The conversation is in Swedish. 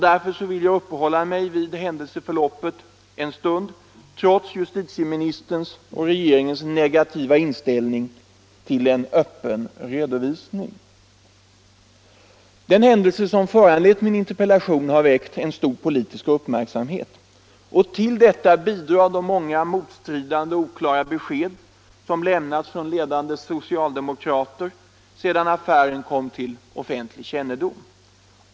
Därför vill jag uppehålla mig vid händelseförloppet en stund, trots justitieministerns och regeringens negativa inställning till en öppen redovisning. Den händelse som föranlett min interpellation har väckt stor politisk uppmärksamhet. Till detta bidrar de många motstridande och oklara be sked som lämnats från ledande socialdemokrater sedan affären kom till Nr 23 offentlig kännedom.